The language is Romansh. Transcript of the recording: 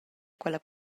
quella